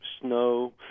snow